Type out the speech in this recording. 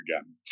again